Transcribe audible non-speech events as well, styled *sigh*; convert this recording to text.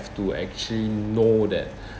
to actually know that *breath*